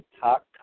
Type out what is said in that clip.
Talk